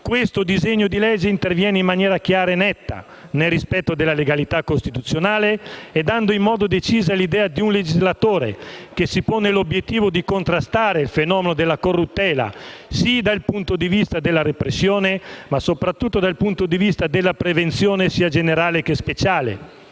questo disegno di legge interviene in maniera chiara e netta, nel rispetto della legalità costituzionale e dando in modo deciso l'idea di un legislatore che si pone l'obiettivo di contrastare il fenomeno della corruttela, sì dal punto di vista della repressione, ma soprattutto dal punto di vista della prevenzione, sia generale che speciale.